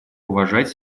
уважать